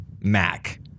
Mac